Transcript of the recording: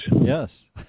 Yes